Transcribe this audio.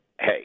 hey